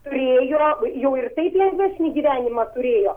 turėjo jau ir taip lengvesnį gyvenimą turėjo